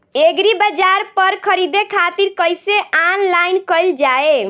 एग्रीबाजार पर खरीदे खातिर कइसे ऑनलाइन कइल जाए?